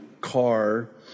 car